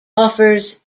offers